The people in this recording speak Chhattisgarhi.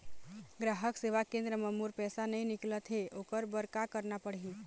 ग्राहक सेवा केंद्र म मोर पैसा नई निकलत हे, ओकर बर का करना पढ़हि?